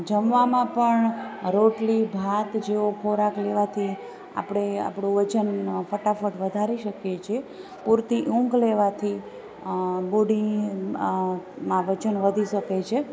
જમવામાં પણ રોટલી ભાત જેવો ખોરાક લેવાથી આપણે આપણું વજન ફટાફટ વધારી શકીએ છીએ પૂરતી ઊંઘ લેવાથી બોડી માં વજન વધી શકે છે